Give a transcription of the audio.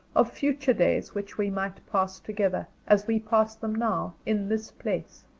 of future days which we might pass together, as we pass them now, in this place.